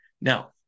Now